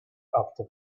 after